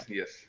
yes